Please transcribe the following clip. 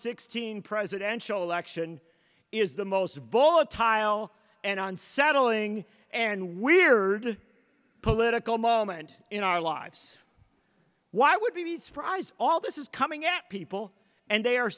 sixteen presidential election is the most vocal a tile and unsettling and weird political moment in our lives why would we be surprised all this is coming at people and they are